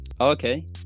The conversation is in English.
okay